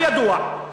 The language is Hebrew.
הרי ידוע,